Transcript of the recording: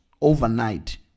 overnight